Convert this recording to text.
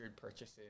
purchases